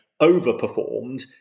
overperformed